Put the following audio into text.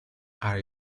are